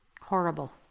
horrible